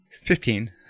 Fifteen